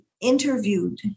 interviewed